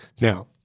Now